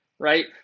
Right